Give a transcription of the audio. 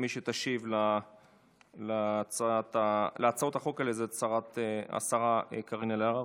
מי שתשיב על ההצעות החוק האלה זאת השרה קארין אלהרר.